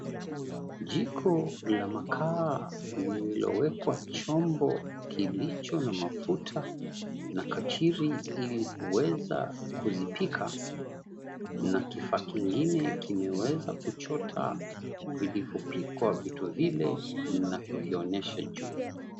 Jiko la makaa lililowekwa chombo kilicho na mafuta na kachiri ili kuweza kuzipika na kifaa kingine kimeweza kuchota vilivyopikwa vitu vile na kuvionyesha juu.